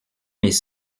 mes